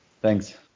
Thanks